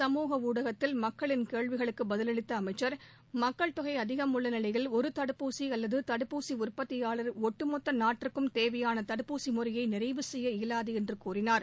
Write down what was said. சமூக ஊடகத்தில் மக்களின் கேள்விகளுக்கு பதிலளித்த அமைச்சர் மக்கள் தொகை அதிகம் உள்ள நிலையில் ஒரு தடுப்பூசி அல்லது தடுப்பூசி உற்பத்தியாளர் ஒட்டுமொத்த நாட்டிற்கும் தேவையான தடுப்பூசி முறையை நிறைவு செய்ய இயலாது என்று கூறினார்